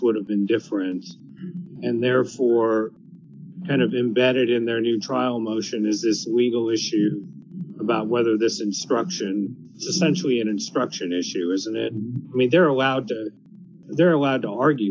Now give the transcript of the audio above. would have been different and therefore kind of embedded in their new trial motion is this legal issue about whether this instruction century an instruction issue isn't it i mean they're allowed to they're allowed to argue